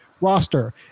roster